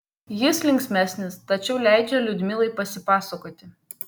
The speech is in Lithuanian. jis linksmesnis tačiau leidžia liudmilai pasipasakoti